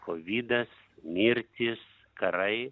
kovidas mirtys karai